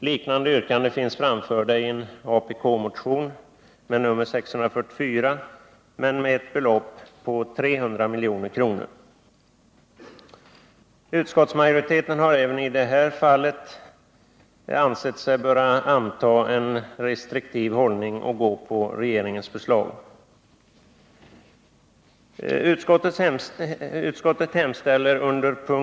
Liknande yrkanden Utskottsmajoriteten har även i det här fallet ansett sig böra inta en restriktiv hållning och gå på regeringens förslag.